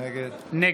נגד ינון אזולאי,